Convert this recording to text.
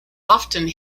often